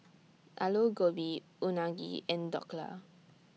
Alu Gobi Unagi and Dhokla